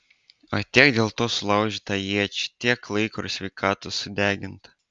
o tiek dėl to sulaužyta iečių tiek laiko ir sveikatos sudeginta